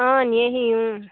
অঁ নিয়েহি